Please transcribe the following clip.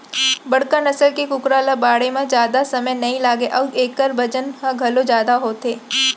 बड़का नसल के कुकरा ल बाढ़े म जादा समे नइ लागय अउ एकर बजन ह घलौ जादा होथे